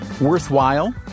worthwhile